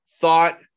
thought